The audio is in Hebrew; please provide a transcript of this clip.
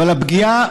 אבל הפגיעה,